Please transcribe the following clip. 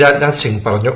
രാജ്നാഥ് സിംഗ് പറഞ്ഞു